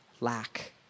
lack